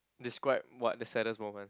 describe what the saddest moment